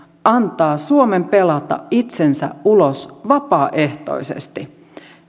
antaa suomen pelata itsensä ulos vapaaehtoisesti